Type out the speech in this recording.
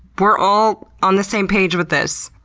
we're all on the same page with this.